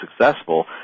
successful